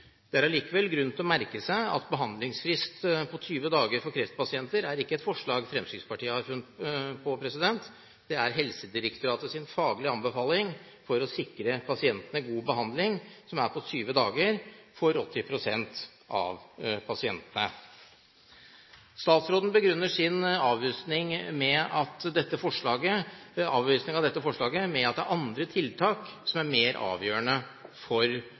ligge. Det er likevel grunn til å merke seg at behandlingsfrist på 20 dager for kreftpasienter ikke er et forslag Fremskrittspartiet har funnet på – det er Helsedirektoratets faglige anbefaling for å sikre pasientene god behandling, altså innen 20 dager for 80 pst. av pasientene. Statsråden begrunner sin avvisning av dette forslaget med at det er andre tiltak som er mer avgjørende for